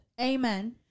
Amen